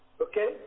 Okay